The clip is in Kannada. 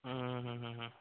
ಹ್ಞೂ ಹ್ಞೂ ಹ್ಞೂ ಹ್ಞೂ ಹ್ಞೂ